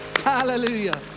Hallelujah